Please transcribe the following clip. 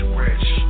rich